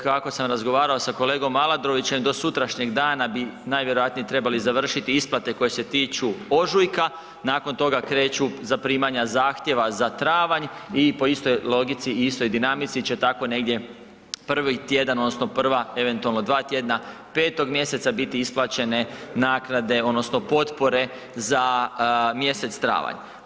Kako sam razgovarao sa kolegom Aladrovićem do sutrašnjeg dana bi najvjerojatnije trebali završiti isplate koje se tiču ožujka, nakon toga kreću zaprimanja zahtjeva za travanj i po istoj logici i istoj dinamici će tako negdje prvi tjedan odnosno prva eventualno dva tjedna 5. mjeseca biti isplaćene naknade odnosno potpore za mjesec travanj.